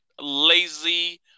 lazy